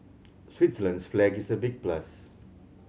Switzerland's flag is a big plus